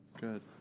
Good